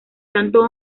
santo